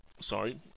Sorry